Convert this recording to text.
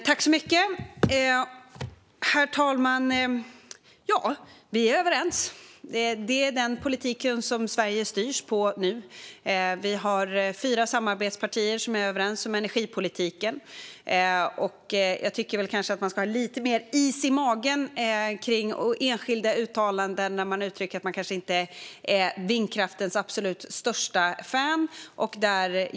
Herr talman! Vi är överens. Detta är den politik som Sverige styrs på nu. Vi har fyra samarbetspartier som är överens om energipolitiken. Jag tycker nog att det gäller att ha lite mer is i magen i fråga om enskilda uttalanden där man uttrycker att man kanske inte är vindkraftens absolut största fan.